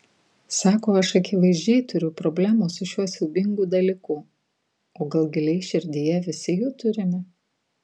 sako aš akivaizdžiai turiu problemų su šiuo siaubingu dalyku o gal giliai širdyje visi jų turime